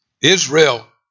Israel